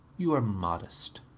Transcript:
you are modest.